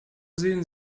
sehen